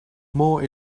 moore